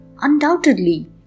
Undoubtedly